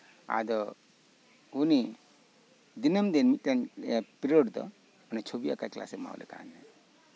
ᱟᱫᱚ ᱩᱱᱤ ᱫᱤᱱᱟᱹᱢ ᱫᱤᱱ ᱢᱤᱫᱴᱟᱱ ᱯᱤᱨᱳᱰ ᱨᱮᱫᱚ ᱪᱷᱚᱵᱤ ᱟᱸᱠᱟ ᱠᱞᱟᱥᱮ ᱮᱢᱟᱞᱮ ᱠᱟᱱ ᱛᱟᱦᱮᱸᱜ